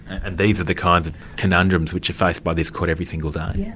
and these are the kinds of conundrums which are faced by this court every single day? yes.